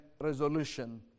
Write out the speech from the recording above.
resolution